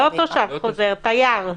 לא תושב חוזר, תייר.